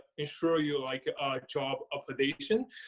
ensure you like job accommodation,